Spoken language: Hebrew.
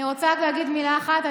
אני רוצה רק להגיד מילה אחת.